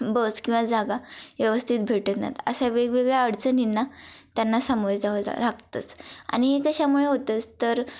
बस किंवा जागा व्यवस्थित भेटत नाहीत अशा वेगवेगळ्या अडचणींना त्यांना सामोरे जावं जावं लागतंच आणि हे कशामुळे होतंच तर